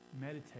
meditate